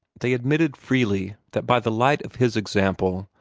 they admitted freely that, by the light of his example,